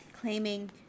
claiming